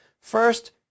First